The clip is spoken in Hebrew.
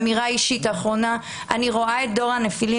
אני רואה את דור הנפילים,